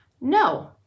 No